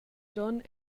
gion